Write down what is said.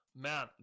Man